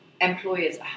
employers